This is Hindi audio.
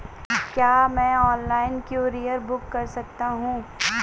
क्या मैं ऑनलाइन कूरियर बुक कर सकता हूँ?